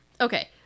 Okay